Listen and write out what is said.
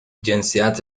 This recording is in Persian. جنسیت